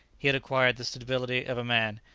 he had acquired the stability of a man,